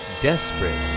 desperate